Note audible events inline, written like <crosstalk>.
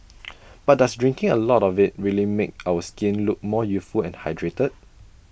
<noise> but does drinking A lot of IT really make our skin look more youthful and hydrated